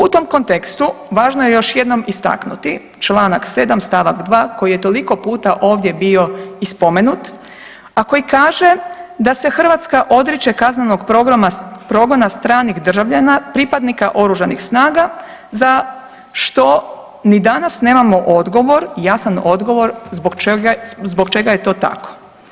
U tom kontekstu važno je još jednom istaknuti, članak 7. stavak 2. koji je toliko puta ovdje bio i spomenut, a koji kaže da se Hrvatska odriče kaznenog progona stranih državljana, pripadnika oružanih snaga za što ni danas nemamo odgovor, jasan odgovor zbog čega je to tako.